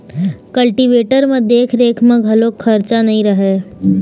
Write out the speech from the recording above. cultivator म देख रेख म घलोक खरचा नइ रहय